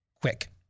Quick